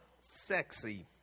sexy